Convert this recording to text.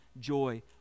joy